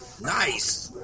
Nice